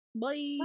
Bye